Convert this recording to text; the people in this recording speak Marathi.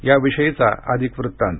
या विषयीचा अधिक वृत्तांत